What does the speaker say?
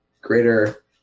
greater